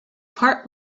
part